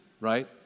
right